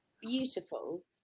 beautiful